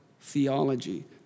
theology